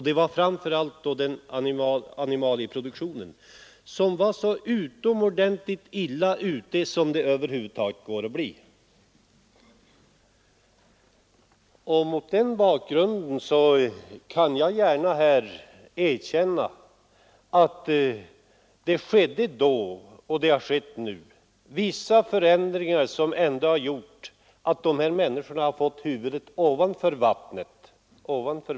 Det var framför allt animalieproduktionen som var så utomordentligt illa ute som det över huvud taget är möjligt. Då blev det emellertid vissa förändringar som har medfört att dessa människor ändå har fått huvudet ovanför vattenytan.